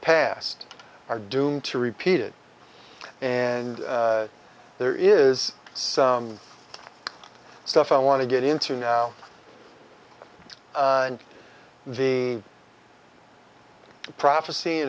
past are doomed to repeat it and there is some stuff i want to get into now and the prophecy